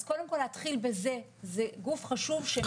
אז קודם כל להתחיל בזה: זה גוף חשוב,